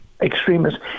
Extremists